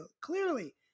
clearly